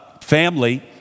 family